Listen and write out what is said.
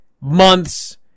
months